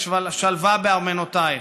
שלוה בארמנותיך".